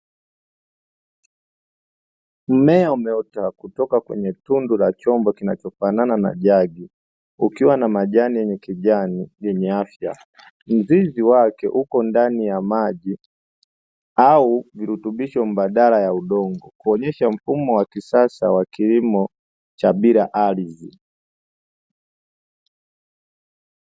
Mmea umeota kutoka kwenye tundu la chombo kinachofanana na jagi ukiwa na majani yenye ukijani yenye afya, mzizi wake upo ndani ya maji au virutubisho mbadala ya udongo kuonyesha mfumo wa kisasa wa kilimo cha bila ardhi.